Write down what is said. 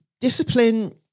discipline